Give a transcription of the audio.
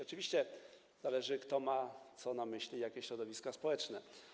Oczywiście zależy, kto co ma na myśli, jakie środowiska społeczne.